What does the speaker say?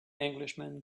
englishman